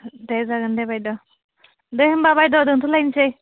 दे जागोन दे बायद' दे होमबा बायद' दोनथ'लायनोसै